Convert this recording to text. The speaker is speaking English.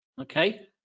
Okay